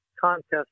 contest